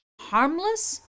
harmless